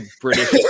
British